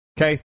Okay